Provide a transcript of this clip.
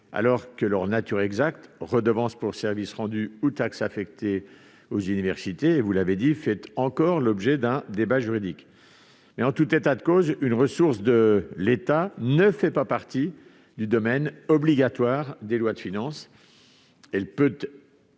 alors que leur nature exacte, redevance pour service rendu ou taxe affectée aux universités, vous l'avez dit, continue de faire l'objet d'un débat juridique. En tout état de cause, une ressource de l'État ne fait pas partie du domaine obligatoire des lois de finances